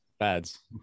ads